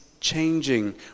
changing